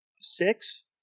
six